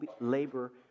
labor